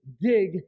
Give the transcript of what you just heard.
dig